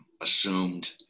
assumed